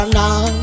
now